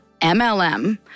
MLM